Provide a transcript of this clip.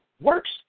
works